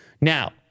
Now